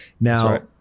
Now